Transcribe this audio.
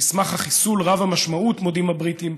במסמך החיסול רב המשמעות מודים הבריטים